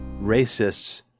racists